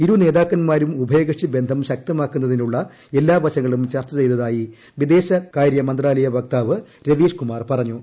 ഇരു നേതാക്കന്മാരും ഉഭയകക്ഷി ബന്ധം ശക്തമാക്കുന്നതിനുള്ള എല്ലാ വശങ്ങളും ചർച്ച ചെയ്തതായി വിദേശകാരൃ മന്ത്രാലയ വക്താവ് രവീഷ് കുമാർ പറഞ്ഞു